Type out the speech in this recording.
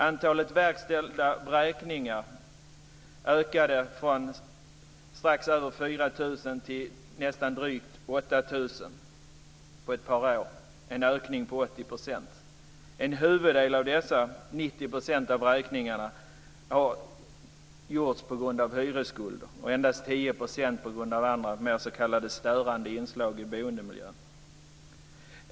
Antalet verkställda vräkningar ökade från strax över 4 000 till omkring 8 000 på ett par år, en ökning på 80 %. En huvuddel av dessa, 90 % av vräkningarna, har gjorts på grund av hyresskulder och endast 10 % på grund av annat, exempelvis s.k. störande inslag i boendemiljön.